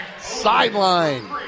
sideline